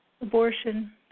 abortion